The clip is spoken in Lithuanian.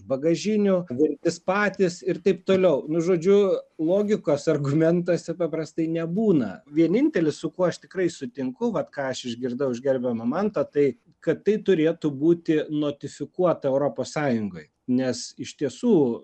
bagažinių virtis patys ir taip toliau nu žodžiu logikos argumentuose paprastai nebūna vienintelis su kuo aš tikrai sutinku vat ką aš išgirdau už gerbiamo manto tai kad tai turėtų būti notifikuota europos sąjungoj nes iš tiesų